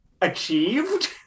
achieved